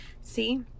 See